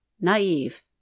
naive